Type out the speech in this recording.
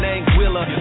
Anguilla